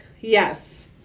Yes